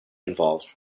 involved